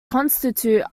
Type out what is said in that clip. constitute